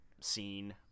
scene